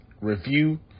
review